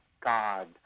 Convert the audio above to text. God